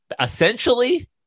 essentially